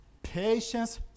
patience